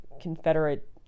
Confederate